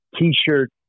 t-shirt